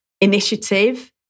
initiative